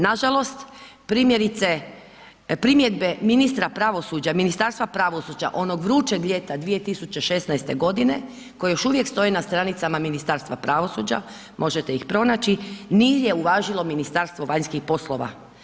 Nažalost primjerice, primjedbe ministra pravosuđa, Ministarstva pravosuđa onog vrućeg ljeta 2016. godine koje još uvijek stoje na stranicama Ministarstva pravosuđa, možete ih pronaći, nije uvažilo Ministarstvo vanjskih poslova.